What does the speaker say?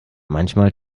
manchmal